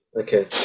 Okay